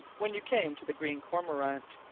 when you came to the green cormorant,